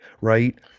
Right